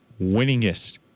winningest